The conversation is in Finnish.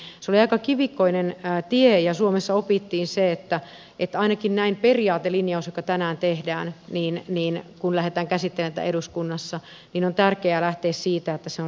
se oli aika kivikkoinen tie ja suomessa opittiin se että on tärkeää lähteä siitä että ainakin periaatelinjaus joka tänään tehdään kun lähdetään käsittelemään tätä eduskunnassa on tärkeää lähtee siitä että se realistinen